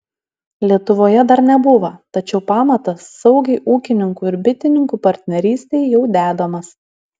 lietuvoje dar nebuvo tačiau pamatas saugiai ūkininkų ir bitininkų partnerystei jau dedamas